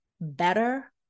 better